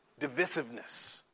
divisiveness